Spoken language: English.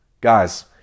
Guys